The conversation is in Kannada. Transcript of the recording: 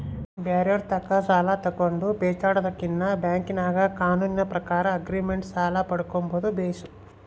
ಬ್ಯಾರೆರ್ ತಾಕ ಸಾಲ ತಗಂಡು ಪೇಚಾಡದಕಿನ್ನ ಬ್ಯಾಂಕಿನಾಗ ಕಾನೂನಿನ ಪ್ರಕಾರ ಆಗ್ರಿಮೆಂಟ್ ಸಾಲ ಪಡ್ಕಂಬದು ಬೇಸು